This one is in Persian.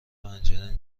پنجره